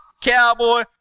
cowboy